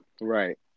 right